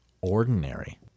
ordinary